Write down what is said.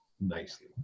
nicely